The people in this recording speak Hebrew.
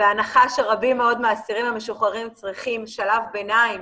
בהנחה שרבים מאוד מהאסירים המשוחררים צריכים שלב ביניים